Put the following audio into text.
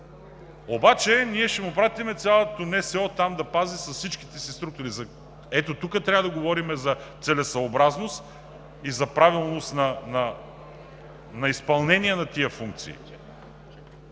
обаче ние ще му изпратим там цялото НСО, за да го пази с всичките си структури. Ето тук трябва да говорим за целесъобразност и за правилност на изпълнение на тези функции,